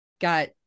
got